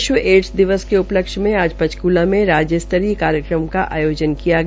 विश्व एडस दिवस के उपलक्ष्य में आज पंचक्ला में राज्यस्तरीय कार्यक्रम का आयोजन किया गया